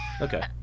Okay